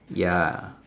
ya